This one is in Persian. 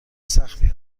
سختی